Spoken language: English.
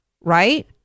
Right